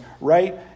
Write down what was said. right